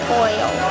oil